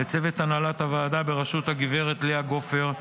לצוות הנהלת הוועדה בראשות גב' לאה גופר,